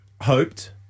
Hoped